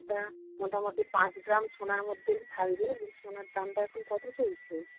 ওটা মোটামুটি পাঁচ গ্রাম সোনার মধ্যে থাকবে ওই সোনার দামটা এখন কত চলছে